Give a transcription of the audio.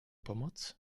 pomoc